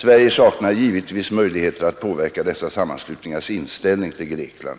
Sverige saknar givetvis möjligheter att påverka dessa sammanslutningars inställning till Grekland.